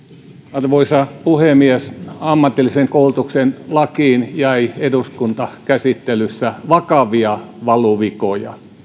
arvoisa puhemies ammatillisen koulutuksen lakiin jäi eduskuntakäsittelyssä vakavia valuvikoja